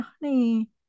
honey